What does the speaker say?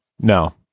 No